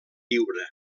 viure